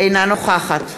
אינה נוכחת